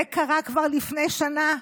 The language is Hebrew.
זה קרה כבר לפני שנה,